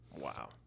Wow